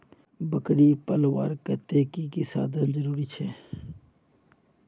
बकरी पलवार केते की की साधन जरूरी छे?